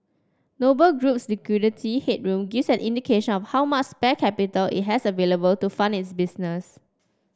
Noble Group's liquidity headroom gives an indication of how much spare capital it has available to fund its business